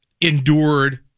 endured